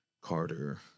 carter